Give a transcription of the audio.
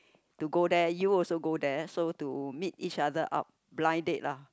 to go there you also go there so to meet each other up blind date lah